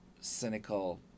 cynical